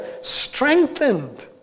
strengthened